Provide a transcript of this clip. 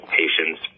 patients